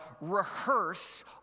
rehearse